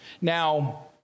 Now